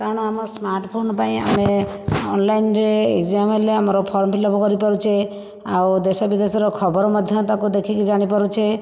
କାରଣ ଆମର ସ୍ମାର୍ଟଫୋନ ପାଇଁ ଆମେ ଅନ୍ଲାଇନ୍ରେ ଏକ୍ଜାମ ହେଲେ ଆମର ଫର୍ମ ଫିଲାପ କରିପାରୁଛେ ଆଉ ଦେଶ ବିଦେଶ ଖବର ମଧ୍ୟ ତାକୁ ଦେଖିକି ଜାଣିପାରୁଛେ